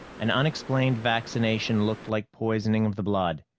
an unexplained vaccination looked like poisoning of the blood.